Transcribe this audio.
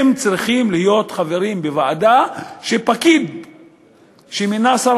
הם צריכים להיות חברים בוועדה שבה פקיד שמינה שר